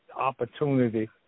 opportunity